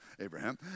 Abraham